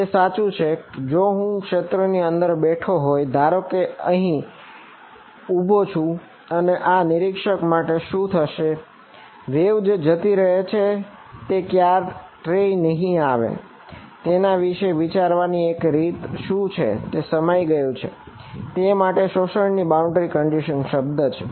તેથી તે સાચું છે જો હું ક્ષેત્રની અંદર બેઠો હોય ધારો કે હું અહીં ઉભો છું તો આ નિરીક્ષક માટે શું થશે કે વેવ શબ્દ છે